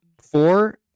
four